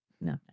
No